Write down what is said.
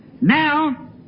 Now